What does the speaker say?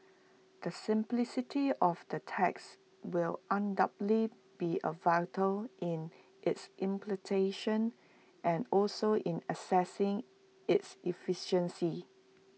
the simplicity of the tax will undoubtedly be A virtue in its implementation and also in assessing its efficacy